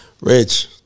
Rich